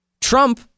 Trump